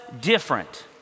different